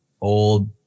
old